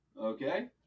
Okay